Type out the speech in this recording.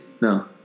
No